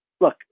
look